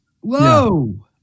whoa